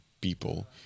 people